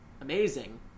amazing